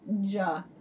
ja